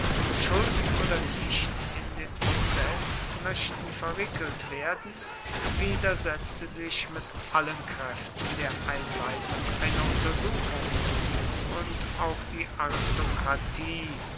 schuldig oder nicht in den prozeß möchten verwickelt werden widersetzte sich mit allen kräften der einleitung einer untersuchung und auch die aristokratie